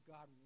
God